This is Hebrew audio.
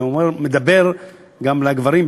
זה מדבר גם לגברים,